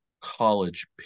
college